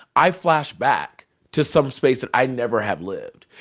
i flash back to some space that i never have lived.